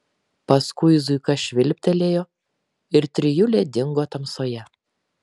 paskui zuika švilptelėjo ir trijulė dingo tamsoje